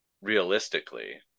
Realistically